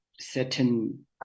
certain